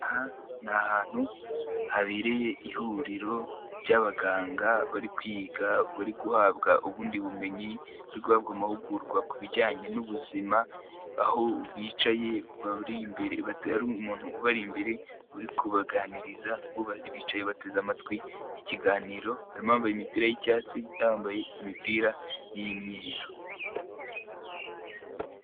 Aha nahantu habereye ihuriro ry'abaganga, bari kwiga bari guhabwa ubundi bumenyi bari guhabwa amahugurwa ku bijyanye n'ubuzima. Aho bicaye bari imbere bate umuntu ubari imbere uri kubaganiriza bu bari bicaye bateze amatwi ikiganiro harimo bambaye imipira y yicyatsi yambaye imipira y'myeru.